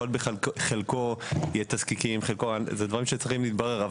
חלקו יהיה לתזקיקים והדברים האלה צריכים להתברר.